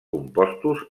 compostos